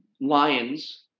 Lions